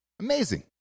amazing